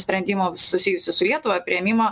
sprendimo susijusių su lietuva priėmimą